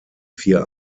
vier